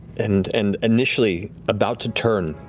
and and initially about to turn,